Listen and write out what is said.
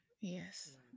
Yes